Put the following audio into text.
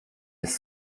jest